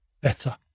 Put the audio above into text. better